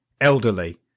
Elderly